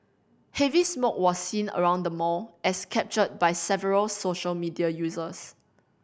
heavy smoke was seen around the mall as captured by several social media users